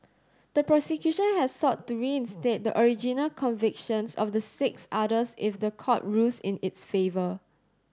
the prosecution had sought to reinstate the original convictions of the six others if the court rules in its favour